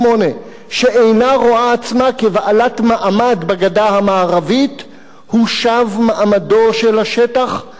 כבעלת מעמד בגדה המערבית הושב מעמדו של השטח למעמדו המקורי,